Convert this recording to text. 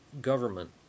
government